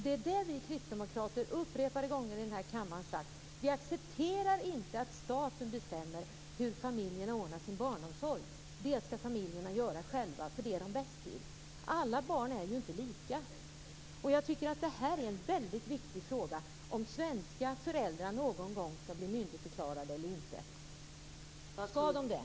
Det är därför som vi kristdemokrater upprepade gånger här i kammaren har sagt att vi inte accepterar att staten bestämmer hur familjerna ordnar sin barnomsorg, utan det skall familjerna göra själva därför att de är bäst på det. Alla barn är inte lika. Det här är en väldigt viktig fråga, om svenska föräldrar någon gång skall bli myndigförklarade. Skall de bli det?